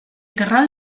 terral